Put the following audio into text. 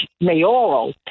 mayoral